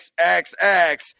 XXX